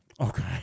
Okay